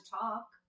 talk